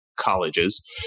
colleges